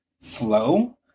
flow